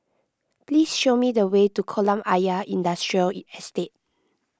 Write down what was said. please show me the way to Kolam Ayer Industrial Estate